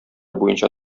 буенча